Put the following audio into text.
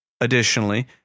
Additionally